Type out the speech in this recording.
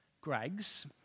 Greg's